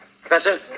Professor